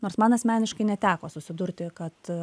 nors man asmeniškai neteko susidurti kad